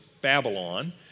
Babylon